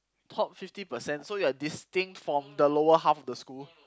top fifty percent so you are distinct from the lower half of the school